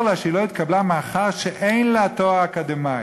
לה שהיא לא התקבלה מאחר שאין לה תואר אקדמי.